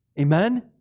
Amen